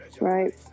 Right